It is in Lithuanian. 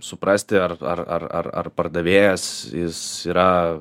suprasti ar ar ar ar pardavėjas jis yra